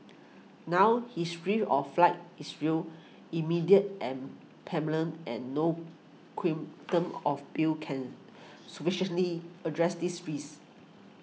now his of flight is real immediate and and no quantum of bill can sufficiently address this rays